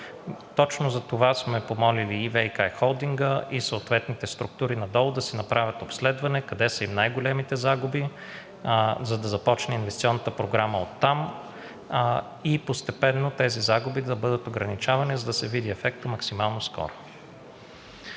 Точно затова сме помолили и ВиК холдинга, и съответните структури надолу да си направят обследване къде са им най големите загуби, за да започне инвестиционната програма оттам и постепенно тези загуби да бъдат ограничавани и ефектът да се види максимално скоро.